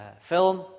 film